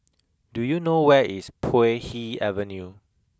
do you know where is Puay Hee Avenue